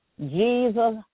Jesus